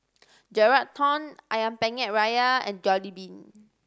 Geraldton Ayam Penyet Ria and Jollibean